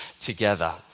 together